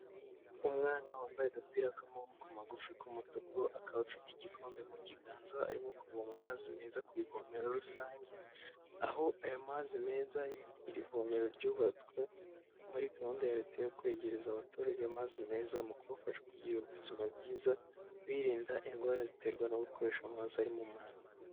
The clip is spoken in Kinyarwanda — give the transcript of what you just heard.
Umwana wambaye agapira k'amaboko magufi k'umutuku, akaba afite igikombe mu kiganza arimo kuvoma amazi meza ku ivomero rusange, aho ayo mazi meza iri vomero ryubatswe muri gahunda ya leta yo kwegereza abaturage amazi meza mu kubafasha kugira ubuzima bwiza, birinda indwara ziterwa no gukoresha amazi arimo umwanda.